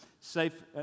safe